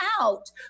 out